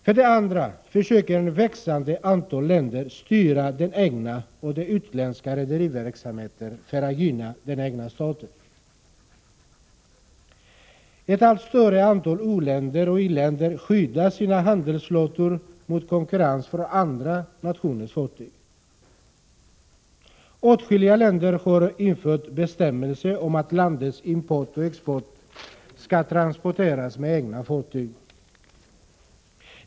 För det andra försöker ett växande antal länder styra den egna och den utländska rederiverksamheten för att gynna den egna staten. Ett allt större antal u-länder och i-länder skyddar sina handelsflottor mot konkurrens från andra nationers fartyg. Åtskilliga länder har infört bestämmelser om att landets import och export skall transporteras med egna fartyg.